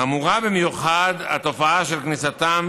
חמורה במיוחד התופעה של כניסתם